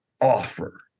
offer